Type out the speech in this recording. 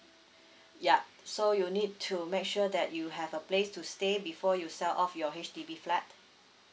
yup so you need to make sure that you have a place to stay before you sell off your H_D_B flat